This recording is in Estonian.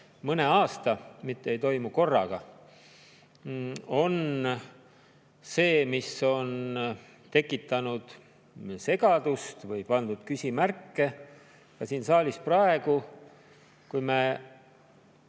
mõne aasta, mitte ei toimu korraga, on see, mis on tekitanud segadust või küsimärke. Ka siin saalis praegu. Kui me